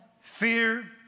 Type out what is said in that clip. fear